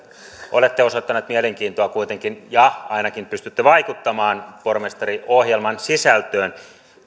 olette osoittanut mielenkiintoa kuitenkin ja ainakin pystytte vaikuttamaan pormestariohjelman sisältöön